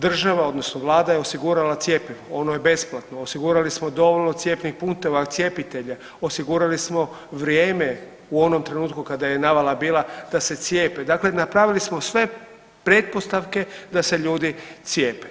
Država, odnosno Vlada je osigurala cjepivo, ono je besplatno, osigurali smo dovoljno cjepih punktova, cjepitelja, osigurali smo vrijeme u onom trenutku kada je navala bila da se cijepe, dakle napravili smo sve pretpostavke da se ljudi cijepe.